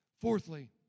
Fourthly